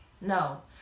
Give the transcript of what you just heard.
no